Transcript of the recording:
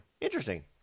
Interesting